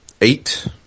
eight